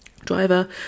driver